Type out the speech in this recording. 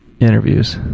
Interviews